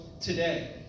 today